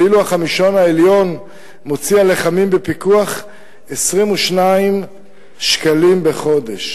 ואילו החמישון העליון מוציא על לחמים בפיקוח 22 שקלים בחודש.